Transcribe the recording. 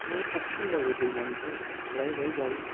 न'आव फख्रि दंबाबो दैमानिखौ लायै लायै जायो